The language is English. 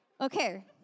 Okay